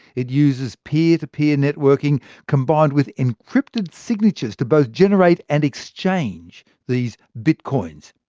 it uses peer-to-peer networking combined with encrypted signatures to both generate, and exchange, these bitcoins.